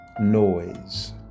Noise